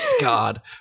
God